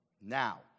now